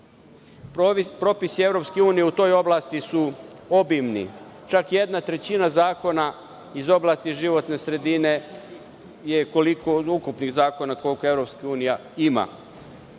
Propisi EU u toj oblasti su obimni, čak jedna trećina zakona iz oblasti životne sredine je koliko od ukupnih zakona koliko EU